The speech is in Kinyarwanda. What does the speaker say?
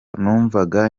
numvaga